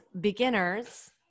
beginners